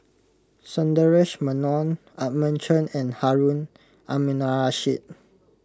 Sundaresh Menon Edmund Chen and Harun Aminurrashid